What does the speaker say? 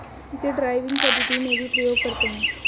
इसे ड्राइविंग पद्धति में भी प्रयोग करते हैं